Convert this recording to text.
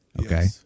Okay